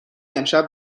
امشب